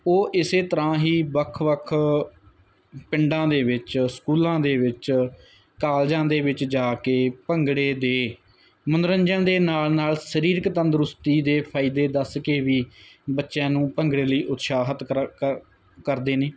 ਉਹ ਇਸੇ ਤਰ੍ਹਾਂ ਹੀ ਵੱਖ ਵੱਖ ਪਿੰਡਾਂ ਦੇ ਵਿੱਚ ਸਕੂਲਾਂ ਦੇ ਵਿੱਚ ਕਾਲਜਾਂ ਦੇ ਵਿੱਚ ਜਾ ਕੇ ਭੰਗੜੇ ਦੇ ਮਨੋਰੰਜਨ ਦੇ ਨਾਲ ਨਾਲ ਸਰੀਰਕ ਤੰਦਰੁਸਤੀ ਦੇ ਫਾਇਦੇ ਦੱਸ ਕੇ ਵੀ ਬੱਚਿਆਂ ਨੂੰ ਭੰਗੜੇ ਲਈ ਉਤਸ਼ਾਹਿਤ ਕਰਦੇ ਨੇ